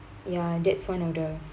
ya that's one of the